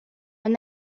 and